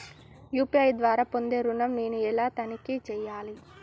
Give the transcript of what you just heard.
UPI ద్వారా పొందే ఋణం నేను ఎలా తనిఖీ చేయాలి?